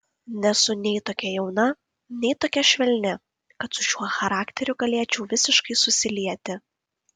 nesu nei tokia jauna nei tokia švelni kad su šiuo charakteriu galėčiau visiškai susilieti